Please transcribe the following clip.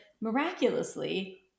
miraculously